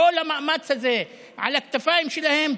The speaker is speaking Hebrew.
כל המאמץ הזה על הכתפיים שלהם,